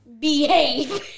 Behave